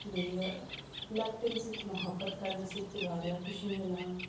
بیٚیہِ لۄکٹٮ۪ن سۭتۍ محبت کَرنہٕ سۭتۍ تہِ واریاہ خوشی مِلان